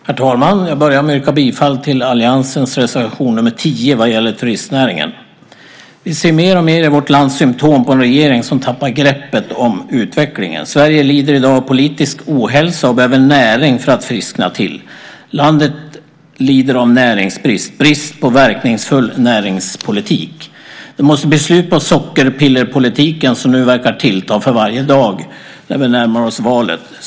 Herr talman! Jag börjar med att yrka bifall till alliansens reservation nr 10 vad gäller turistnäringen. Vi ser mer och mer i vårt land symtom på en regering som tappat greppet om utvecklingen. Sverige lider i dag av politisk ohälsa, och Sverige behöver näring för att friskna till. Landet lider av näringsbrist, det vill säga brist på verkningsfull näringspolitik. Det måste bli slut på sockerpillerpolitiken, som nu verkar tillta för varje dag vi närmar oss valet.